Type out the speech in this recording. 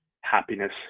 happiness